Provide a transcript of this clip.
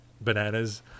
bananas